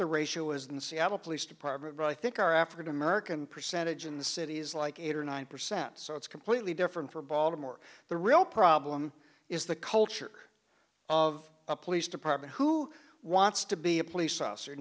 the ratio is in seattle police department i think are african american percentage in the cities like eight or nine percent so it's completely different for baltimore the real problem is the culture of a police department who wants to be a police officer